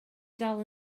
dal